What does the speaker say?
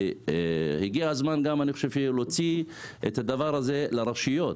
הגיע הזמן להוציא את הדבר הזה לרשויות,